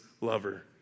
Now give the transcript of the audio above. lover